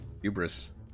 hubris